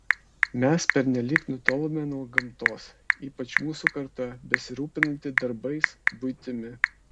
mes pernelyg nutolome nuo gamtos ypač mūsų karta besirūpinanti darbais buitimi